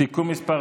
(תיקון מס'